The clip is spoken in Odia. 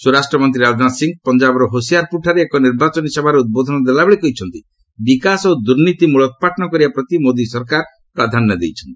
ସ୍ୱରାଷ୍ଟ୍ରମନ୍ତ୍ରୀ ରାଜନାଥ ସିଂହ ପଞ୍ଜାବର ହୋସିଆରପୁରଠାରେ ଏକ ନିର୍ବାଚନୀ ସଭାରେ ଉଦ୍ବୋଧନ ଦେଲାବେଳେ କହିଛନ୍ତି ବିକାଶ ଓ ଦୁର୍ନୀତି ମୂଳୋତ୍ପାଟନ କରିବା ପ୍ରତି ମୋଦି ସରକାର ପ୍ରାଧାନ୍ୟ ଦେଇଛନ୍ତି